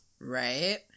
Right